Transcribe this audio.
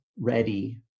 ready